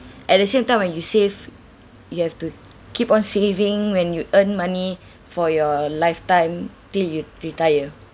at the same time when you save you have to keep on saving when you earn money for your lifetime till you retire